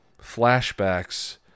flashbacks